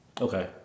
Okay